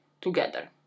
together